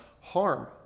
harm